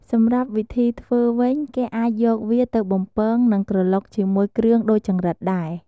សម្រាប់វិធីធ្វើវិញ គេអាចយកវាទៅបំពង និងក្រឡុកជាមួយគ្រឿងដូចចង្រិតដែរ។